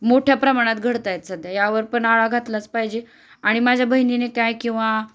मोठ्या प्रमाणात घडत आहेत सध्या यावर पण आळा घातलाच पाहिजे आणि माझ्या बहिणीने काय किंवा